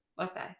Okay